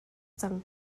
cang